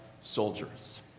soldiers